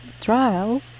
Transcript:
Trial